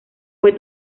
fue